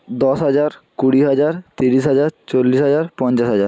দশ হাজার কুড়ি হাজার তিরিশ হাজার চল্লিশ হাজার পঞ্চাশ হাজার